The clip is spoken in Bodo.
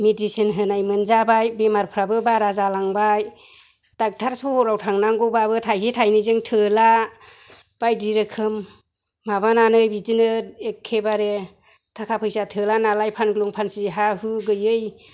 मेडिसिन होनाय मोनजाबाय बेमारफोराबो बारा जालांबाय डक्ट'र सहराव थांनांगौबाबो थाइसे थाइनैजों थोला बायदि रोखोम माबानानै बिदिनो एखेबारे थाखा फैसा थोला नालाय फानग्लुं फानसि हा हु गैयै